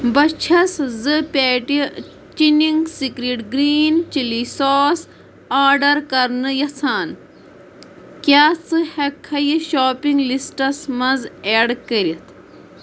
بہٕ چھَس زٕ پیٹہِ چِنِنٛگ سکرِٹ گرٛیٖن چِلی ساس آرڈر کرنہٕ یژھان کیٛاہ ژٕ ہٮ۪ککھا یہِ شاپنگ لسٹَس منٛز اٮ۪ڈ کٔرِتھ